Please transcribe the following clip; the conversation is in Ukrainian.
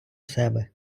себе